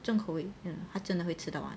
重口味 ya 他真的会吃到完